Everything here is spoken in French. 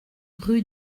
rue